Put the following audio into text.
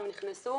הם נכנסו.